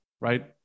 right